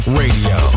radio